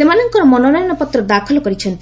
ସେମାନଙ୍କର ମନୋନୟନ ପତ୍ର ଦାଖଲ କରିଛନ୍ତି